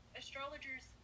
astrologers